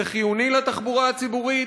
זה חיוני לתחבורה הציבורית.